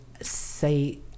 say